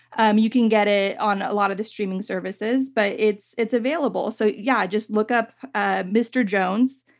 um you can get it on a lot of the streaming services. but it's it's available. so yeah just look up ah mr. jones,